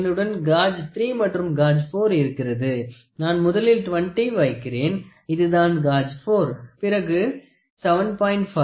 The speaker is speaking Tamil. என்னுடன் காஜ் 3 மற்றும் காஜ் 4 இருக்கிறது நான் முதலில் 20 வைக்கிறேன் இதுதான் காஜ் 4 பிறகு 7